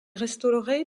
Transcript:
restaurer